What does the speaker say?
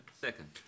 Second